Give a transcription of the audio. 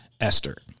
Esther